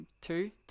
two